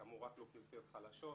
כאמור, רק לאוכלוסיות חלשות.